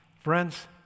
Friends